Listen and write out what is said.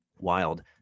wild